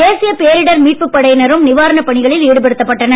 தேசிய பேரிடர் மீட்பு படையினரும் நிவாரணப் பணிகளில் சடுபடுத்தப்பட்டனர்